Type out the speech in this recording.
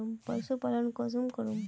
पशुपालन कुंसम करूम?